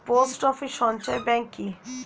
Post office সঞ্চয় bank কি?